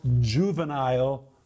juvenile